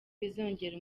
bizongera